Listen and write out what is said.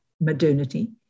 modernity